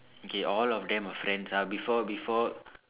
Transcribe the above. okay all of them are friends ah before before